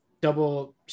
double